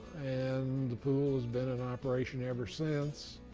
and the pool has been in operation ever since.